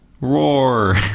Roar